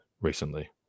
recently